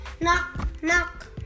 knock-knock